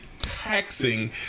taxing